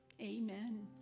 Amen